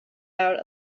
out